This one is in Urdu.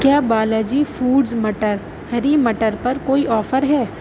کیا بالا جی فوڈز مٹر ہری مٹر پر کوئی آفر ہے